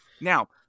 Now